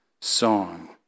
song